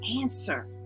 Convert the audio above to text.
answer